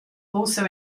also